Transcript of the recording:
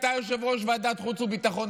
אתה יושב-ראש ועדת חוץ וביטחון,